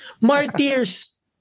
martyrs